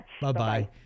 Bye-bye